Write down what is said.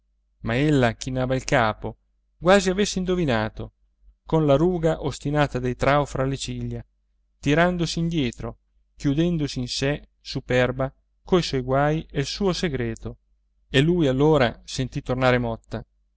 suo ma ella chinava il capo quasi avesse indovinato colla ruga ostinata dei trao fra le ciglia tirandosi indietro chiudendosi in sè superba coi suoi guai e il suo segreto e lui allora sentì di tornare motta